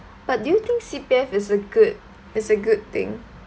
but do you think C_P_F is a good is a good thing